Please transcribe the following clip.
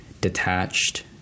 detached